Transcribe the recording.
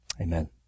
Amen